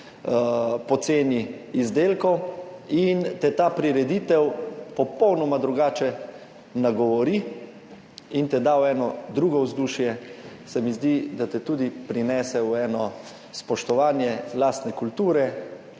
poceni izdelkov in te ta prireditev popolnoma drugače nagovori in te da v eno drugo vzdušje, se mi zdi, da ti prinese tudi spoštovanje lastne kulturne